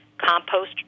compost